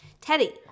Teddy